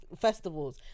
festivals